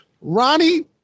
Ronnie